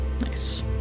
Nice